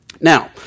Now